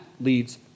leads